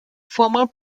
formal